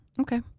Okay